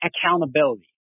accountability